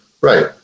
right